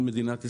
מדינת ישראל,